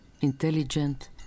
intelligent